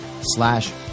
slash